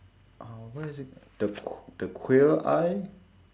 ah what is it the qu~ the queer eye